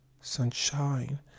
sunshine